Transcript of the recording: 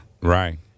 Right